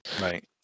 Right